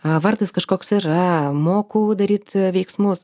vardas kažkoks yra moku daryt veiksmus